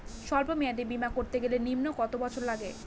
সল্প মেয়াদী বীমা করতে গেলে নিম্ন কত বছর লাগে?